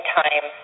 time